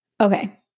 Okay